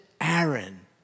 Aaron